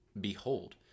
behold